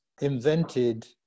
invented